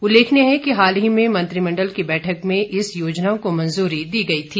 उल्लेखनीय है कि हाल ही में मंत्रिमण्डल की बैठक में इस योजना को मंजूरी दी गई थी